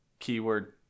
Keyword